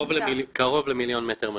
קרוב למיליון מטרים מרובעים.